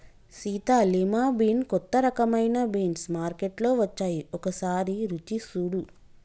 Sita lima bean కొత్త రకమైన beans మార్కేట్లో వచ్చాయి ఒకసారి రుచి సుడు